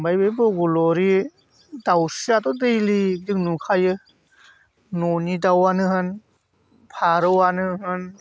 ओमफ्राय बे बग'ल'रि दाउस्रिआथ' डेलि जों नुखायो ननि दाउआनो होन फारौआनो होन